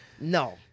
no